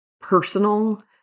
personal